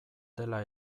dela